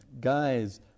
guys